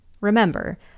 Remember